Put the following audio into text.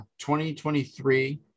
2023